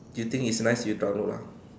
if you think it's nice you download lah